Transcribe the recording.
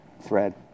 thread